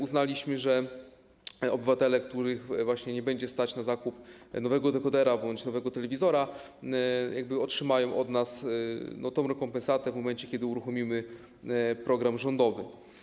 Uznaliśmy, że obywatele, których nie będzie stać na zakup nowego dekodera bądź nowego telewizora, otrzymają od nas tę rekompensatę w momencie, kiedy uruchomimy program rządowy.